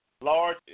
large